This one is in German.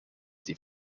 sie